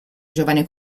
giovane